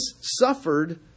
suffered